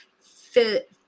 fit